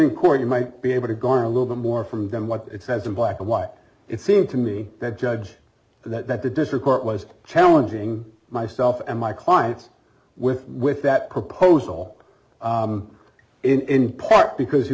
court you might be able to garner a little bit more from them what it says in black and white it seemed to me that judge that the district court was challenging myself and my clients with with that proposal in part because he